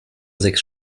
sechs